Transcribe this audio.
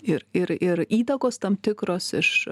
ir ir ir įtakos tam tikros iš